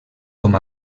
com